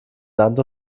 land